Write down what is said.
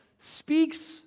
speaks